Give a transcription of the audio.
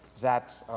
that,